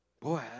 boy